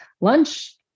lunch